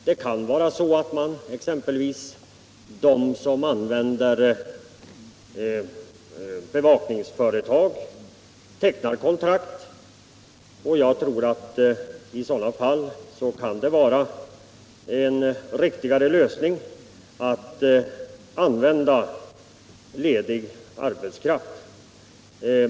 Det kan exempelvis vara så att det tecknas kontrakt med bevakningsföretag, och jag tror att det kan vara en riktigare lösning att använda ledig arbetskraft.